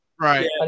Right